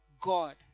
God